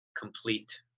complete